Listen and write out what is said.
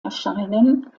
erscheinen